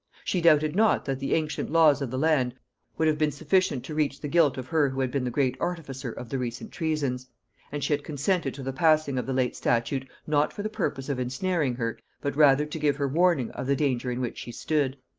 she doubted not that the ancient laws of the land would have been sufficient to reach the guilt of her who had been the great artificer of the recent treasons and she had consented to the passing of the late statute, not for the purpose of ensnaring her, but rather to give her warning of the danger in which she stood.